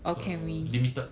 uh limited